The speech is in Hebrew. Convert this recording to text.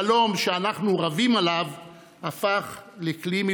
אני ראיתי את הסרטון של ראש הממשלה גוזר את סרט הרכבת לירושלים.